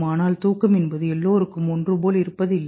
ஆனால் தூக்கம் என்பது எல்லோருக்கும் ஒன்று போல இருப்பது இல்லை